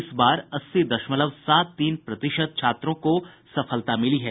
इस बार अस्सी दशमलव सात तीन प्रतिशत छात्रों को सफलता मिली है